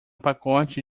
pacote